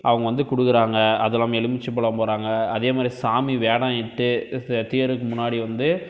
அவங்க வந்து கொடுக்குறாங்க அது இல்லாமல் எலும்பிச்சப்பழம் போடுறாங்க அதேமாதிரி சாமி வேடம் இட்டு தீ முன்னாடி வந்து